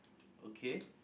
okay